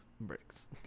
bricks